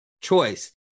choice